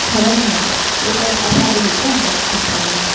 करणीयम् एतत् असाधुः इति अहं न चिन्तयामि